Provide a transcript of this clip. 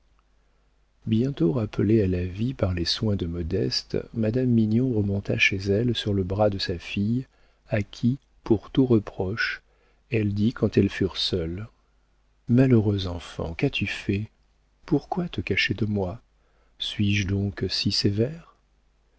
bientôt rappelée à la vie par les soins de modeste madame mignon remonta chez elle sur le bras de sa fille à qui pour tout reproche elle dit quand elles furent seules malheureuse enfant qu'as-tu fait pourquoi te cacher de moi suis-je donc si sévère